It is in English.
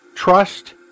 trust